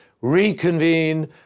reconvene